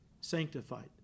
sanctified